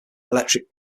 electric